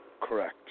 Correct